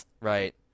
Right